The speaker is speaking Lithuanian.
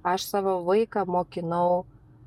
aš savo vaiką mokinau